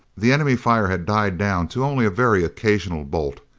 the enemy fire had died down to only a very occasional bolt.